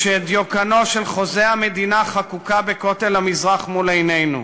כשדיוקנו של חוזה המדינה חקוק בכותל המזרח מול עינינו,